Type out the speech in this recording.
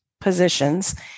positions